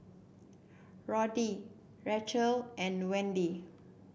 Roddy Racheal and Wendy